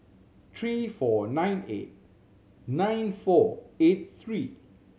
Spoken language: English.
three four nine eight nine four eight three